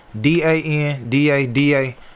D-A-N-D-A-D-A